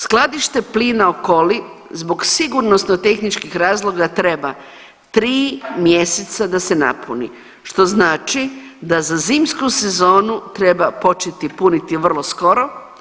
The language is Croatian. Skladište plina Okoli zbog sigurnosno-tehničkih razloga treba 3 mjeseca da se napuni što znači da za zimsku sezonu treba početi puniti vrlo skoro.